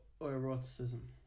Eroticism